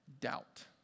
doubt